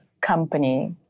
company